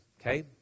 okay